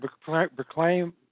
proclaim